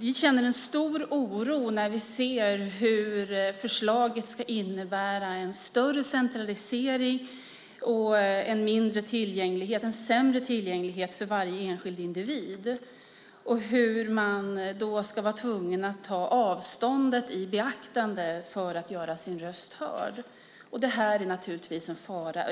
Vi känner stor oro när vi ser att förslaget innebär en större centralisering och sämre tillgänglighet för den enskilde individen och att man därmed blir tvungen att ta avståndet i beaktande när man vill göra sin röst hörd. Det innebär naturligtvis en fara